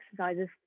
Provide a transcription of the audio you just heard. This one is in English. exercises